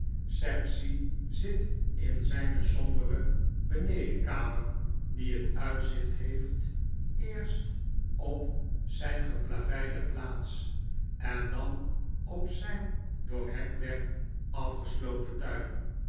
sapsea zit in zyne sombere benedenkamer die het uitzicht heeft eerst op zijn geplaveide plaats en dan op zyn door hekwerk afgesloten tuin